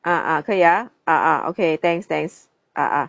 ah ah 可以啊 ah ah okay thanks thanks ah ah